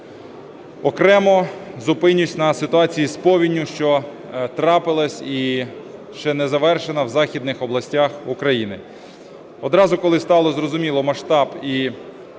Окремо зупинюсь на ситуації з повінню, що трапилась і ще не завершена в західних областях України. Одразу, коли стало зрозуміло масштаб і